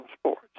sports